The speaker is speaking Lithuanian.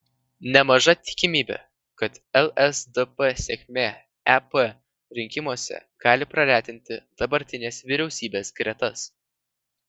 nemaža tikimybė kad lsdp sėkmė ep rinkimuose gali praretinti dabartinės vyriausybės gretas